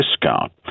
discount